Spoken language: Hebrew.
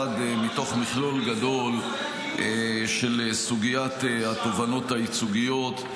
מתוך מכלול גדול של סוגיית התובענות הייצוגיות.